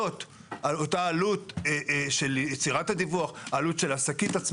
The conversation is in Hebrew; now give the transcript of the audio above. אני לא יודע לתת תשובה לגבי מה זה אומר,